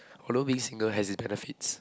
although being single has its benefits